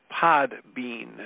Podbean